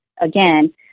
again